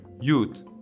youth